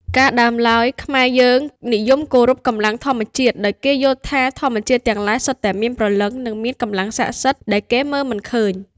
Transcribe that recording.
កាលដើមឡើយ ខ្មែរ យើងនិយមគោរពកម្លាំងធម្មជាតិ ដោយគេយល់ថា ធម្មជាតិទាំងឡាយសុទ្ធតែមាន ព្រលឹង និងមានកម្លាំងស័ក្តិសិទ្ធ ដែលគេមើលមិនឃើញ។